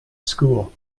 school